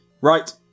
Right